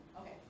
Okay